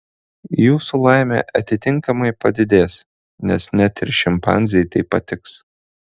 jūsų laimė atitinkamai padidės nes net ir šimpanzei tai patiks